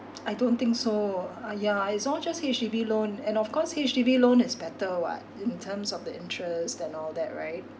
I don't think so uh yeah it's all just H_D_B loan and of course H_D_B loan is better [what] in terms of the interest and all that right